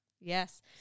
yes